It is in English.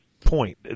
Point